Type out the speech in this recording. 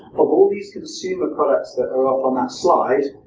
of all these consumer products that are up on that slide,